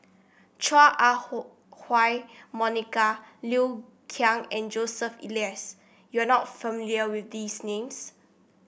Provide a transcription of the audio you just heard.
Chua Ah Huwa Monica Liu Kang and Joseph Elias you are not familiar with these names